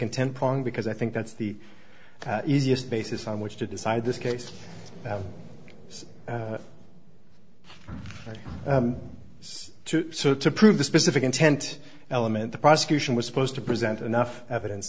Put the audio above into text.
content prong because i think that's the easiest basis on which to decide this case you have to prove the specific intent element the prosecution was supposed to present enough evidence